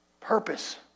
purpose